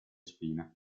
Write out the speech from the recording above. spine